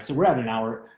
so we're at an hour.